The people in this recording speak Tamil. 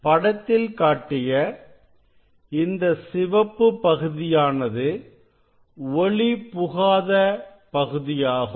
படத்தில் காட்டிய இந்த சிவப்பு பகுதியானது ஒளி புகாத பகுதியாகும்